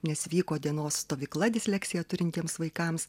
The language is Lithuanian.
nes vyko dienos stovykla disleksiją turintiems vaikams